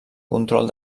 control